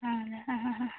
ആ ഞാൻ ഹാ ഹാ ഹാ